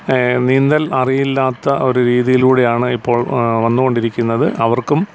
നീന്തൽ അറിയില്ലാത്ത ഒരു രീതിയിലൂടെയാണ് ഇപ്പോൾ വന്ന് കൊണ്ടിരിക്കുന്നത് അവർക്കും